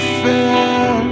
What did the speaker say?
fair